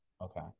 Okay